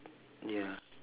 ya